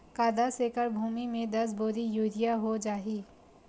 का दस एकड़ भुमि में दस बोरी यूरिया हो जाही?